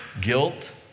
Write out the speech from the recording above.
guilt